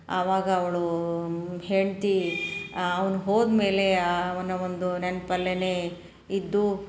ಆವಾಗ ಅವ್ಳು ಹೆಂಡತಿ ಅವ್ನು ಹೋದ ಮೇಲೆ ಅವನ ಒಂದು ನೆನ್ಪಲ್ಲೆ ಇದ್ದು